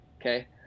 Okay